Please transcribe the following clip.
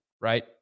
right